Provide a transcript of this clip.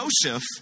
Joseph